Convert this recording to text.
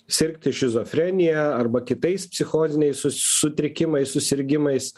sirgti šizofrenija arba kitais psichoziniais su sutrikimais susirgimais